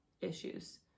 issues